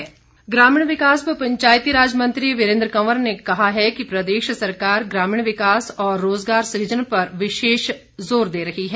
वीरेन्द्र कंवर ग्रामीण विकास व पंचायतीराज मंत्री वीरेन्द्र कंवर ने कहा कि प्रदेश सरकार ग्रामीण विकास और रोजगार सुजन पर विशेष जोर दे रही है